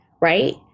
right